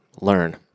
learn